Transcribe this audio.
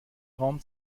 raum